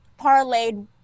parlayed